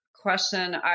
question